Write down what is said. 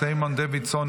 סימון דוידסון,